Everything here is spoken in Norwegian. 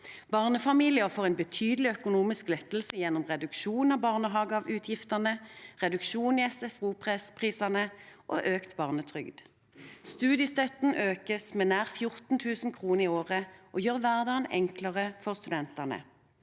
Barnefamilier får en betydelig økonomisk lettelse gjennom reduksjon av barnehageutgiftene, reduksjon i SFO-priser og økt barnetrygd. Studiestøtten økes med nær 14 000 kr i året, noe som gjør hverdagen enklere for studentene.